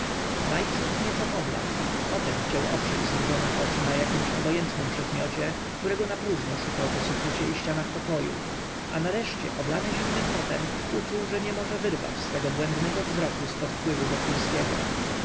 najprzód nieco pobladł potem chciał oprzeć znużone oczy na jakimś obojętnym przedmiocie którego napróżno szukał po suficie i ścianach pokoju a nareszcie oblany zimnym potem uczuł że nie może wyrwać swego błędnego wzroku zpod wpływu wokulskiego